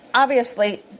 obviously,